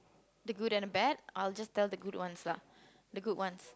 the good and bad I'll just tell the good ones lah the good ones